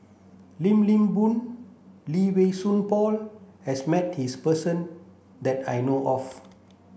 Lim Lim Boon Lee Wei Song Paul has met this person that I know of